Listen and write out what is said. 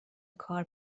کار